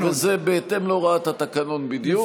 וזה בהתאם להוראת התקנון בדיוק.